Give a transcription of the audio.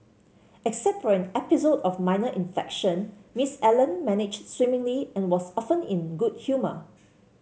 except for an episode of minor infection Miss Allen managed swimmingly and was often in good humour